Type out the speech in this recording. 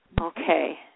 Okay